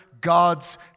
God's